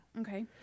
Okay